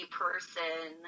person